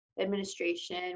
administration